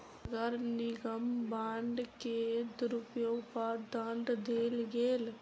नगर निगम बांड के दुरूपयोग पर दंड देल गेल